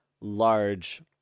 large